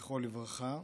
זכרו לברכה.